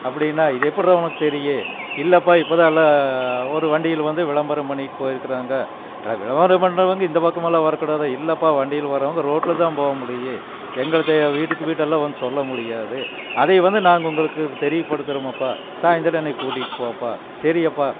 அப்படின்னா இது எப்பிட்றா உனக்கு தெரியும் இல்லைப்பா இப்போ தான் எல்லாம் ஒரு வண்டியில் வந்து விளம்பரம் பண்ணியிட்டு போய்ருக்கறாங்க எனக்கு விளம்பரம் பண்ணுறவங்க இந்த பக்கம் எல்லாம் வரக்கூடாதே இல்லைப்பா வண்டியில் போறவங்க ரோட்டில் தான் போக முடியும் எங்களை தே வீட்டுக்கு வீட்டெல்லாம் வந்து சொல்ல முடியாது அதை வந்து நாங்கள் உங்களுக்கு தெரிவுப்படுத்துறோம் அப்பா சாயிந்தரம் என்னையை கூட்டிட்டு போப்பா சரியாப்பா